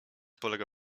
polega